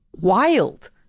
wild